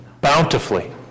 bountifully